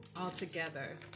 altogether